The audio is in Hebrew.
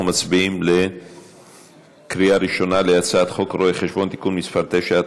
אנחנו מצביעים בקריאה ראשונה על הצעת חוק רואי-חשבון (תיקון מס' 9),